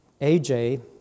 AJ